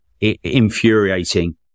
Infuriating